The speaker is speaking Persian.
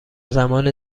زمان